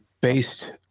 based